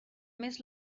més